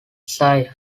isaiah